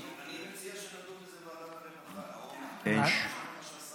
אני מציע שנדון בזה בוועדת הרווחה, מה שהשר אומר.